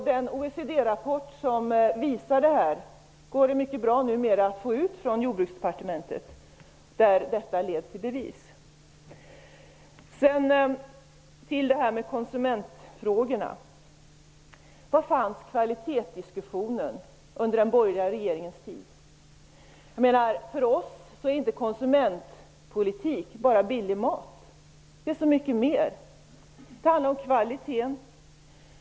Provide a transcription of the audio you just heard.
Den OECD-rapport där detta leds i bevis går det numera mycket bra att få ut från Så till konsumentfrågorna. Var fanns kvalitetsdiskussionen under den borgerliga regeringens tid? För oss gäller inte konsumentpolitiken bara billig mat. Det är så mycket mer. Det handlar om kvaliteten.